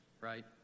right